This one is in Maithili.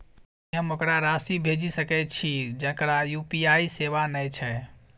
की हम ओकरा राशि भेजि सकै छी जकरा यु.पी.आई सेवा नै छै?